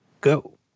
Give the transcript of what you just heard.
Go